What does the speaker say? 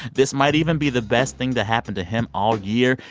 this might even be the best thing to happen to him all year.